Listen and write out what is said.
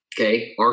Okay